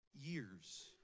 years